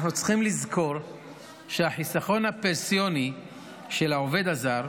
אנחנו צריכים לזכור שהחיסכון הפנסיוני של העובד הזר,